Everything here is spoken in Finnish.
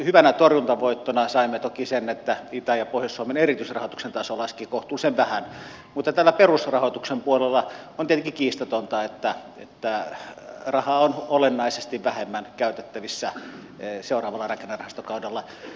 hyvänä torjuntavoittona saimme toki sen että itä ja pohjois suomen erityisrahoituksen taso laski kohtuullisen vähän mutta täällä perusrahoituksen puolella on tietenkin kiistatonta että rahaa on olennaisesti vähemmän käytettävissä seuraavalla rakennerahastokaudella